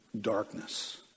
darkness